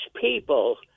people